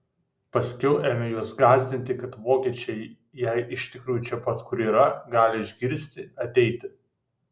paskiau ėmė juos gąsdinti kad vokiečiai jei iš tikrųjų čia pat kur yra gali išgirsti ateiti